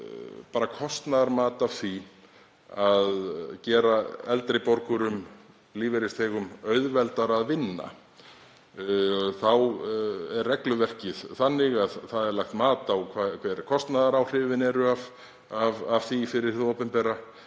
bara kostnaðarmat af því að gera eldri borgurum, lífeyrisþegum, auðveldara að vinna. Þá er regluverkið þannig að lagt er mat á hver kostnaðaráhrifin eru af því fyrir hið opinbera